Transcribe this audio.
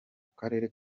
karere